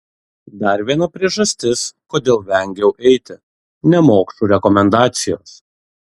dar viena priežastis kodėl vengiau eiti nemokšų rekomendacijos